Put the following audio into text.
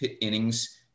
innings